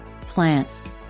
Plants